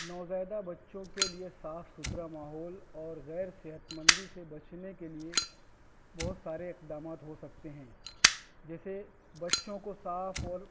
نوزائیدہ بچوں کے لیے صاف ستھرا ماحول اور غیرصحتمندی سے بچنے کے لیے بہت سارے اقدامات ہو سکتے ہیں جیسے بچوں کو صاف اور